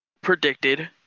predicted